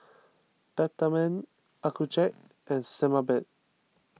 Peptamen Accucheck and Sebamed